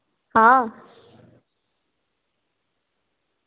हां